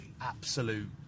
absolute